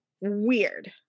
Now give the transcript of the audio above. weird